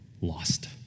lost